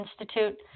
Institute